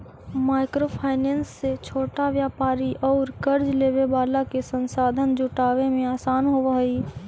micro finance से छोटा व्यापारि औउर कर्ज लेवे वाला के संसाधन जुटावे में आसान होवऽ हई